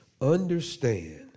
Understand